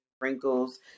wrinkles